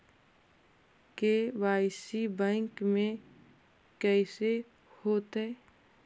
KYC bank में कैसे होतै?